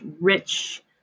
rich